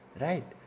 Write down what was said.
right